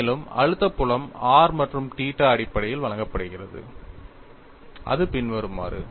மேலும் அழுத்தம் புலம் r மற்றும் θ அடிப்படையில் வழங்கப்படுகிறது அது பின்வருமாறு